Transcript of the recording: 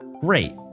Great